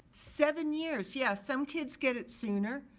seven years. yes, some kids get it sooner.